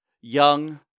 young